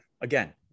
again